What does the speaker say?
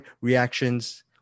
reactions